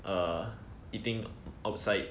err eating outside